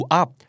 up